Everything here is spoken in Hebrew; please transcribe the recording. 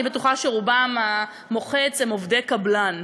אני בטוחה שרובם המוחץ הם עובדי קבלן,